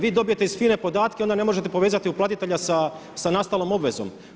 Vi dobijete iz FINA-e podatke, onda ne možete povezati uplatitelja sa nastalom obvezom.